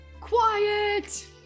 Quiet